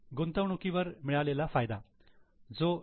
गुंतवणुकीवर मिळालेला फायदा जो एफ